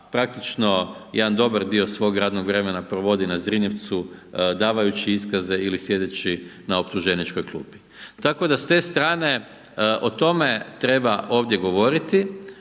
praktično jedan dobar dio svog radnog vremena provodi na Zrinjevcu davajući iskaze ili sjedeći na optuženičkoj klupi, tako da s te strane o tome treba ovdje govoriti,